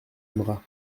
aimera